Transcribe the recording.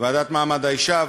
הוועדה לקידום מעמד האישה,